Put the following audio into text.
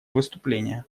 выступление